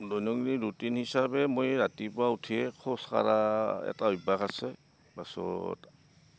দৈনন্দিন ৰুটিন হিচাপে মই ৰাতিপুৱা উঠিয়েই খোজ কাঢ়া এটা অভ্যাস আছে পাছত